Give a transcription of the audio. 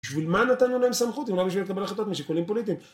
בשביל מה נתנו להם סמכות אם לא בשביל לקבל החלטות משיקולים פוליטיים?